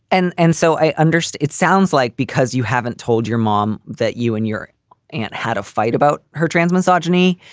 and and so i underst, it sounds like because you haven't told your mom that you and your aunt had a fight about her trans misogyny.